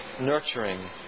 nurturing